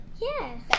Yes